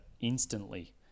instantly